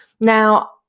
Now